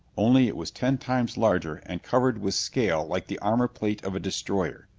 only it was ten times larger and covered with scale like the armor plate of a destroyer.